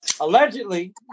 Allegedly